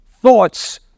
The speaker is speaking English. thoughts